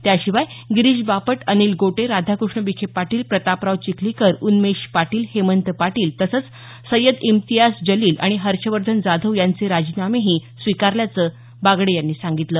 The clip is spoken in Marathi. त्याशिवाय गिरीश बापट अनिल गोटे राधाकृष्ण विखे पाटील प्रतापराव चिखलीकर उन्मेश पाटील हेमंत पाटील तसंच सय्यद इम्तियाज जलील आणि हर्षवर्धन जाधव यांचे राजीनामेही स्वीकारल्याचं बागडे यांनी सांगितलं